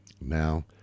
Now